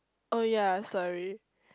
oh yeah sorry